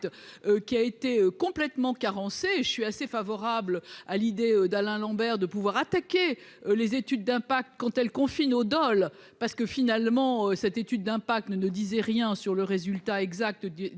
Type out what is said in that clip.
qui a été complètement carencé. Je suis assez favorable à l'idée d'Alain Lambert de pouvoir attaquer les études d'impact quand elle confine au Dole parce que finalement cette étude d'impact ne ne disait rien sur le résultat exact